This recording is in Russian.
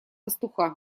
пастуха